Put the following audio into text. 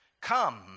come